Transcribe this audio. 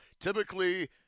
Typically